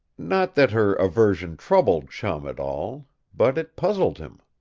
not that her aversion troubled chum at all but it puzzled him.